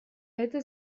это